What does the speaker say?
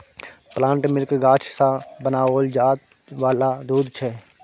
plant milk गाछ सँ बनाओल जाय वाला दूध छै